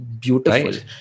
beautiful